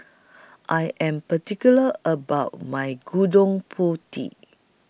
I Am particular about My Gudon Putih